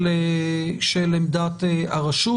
של עמדת הרשות.